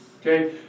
okay